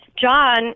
John